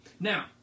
Now